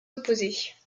opposées